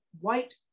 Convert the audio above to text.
white